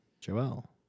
Joel